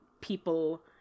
people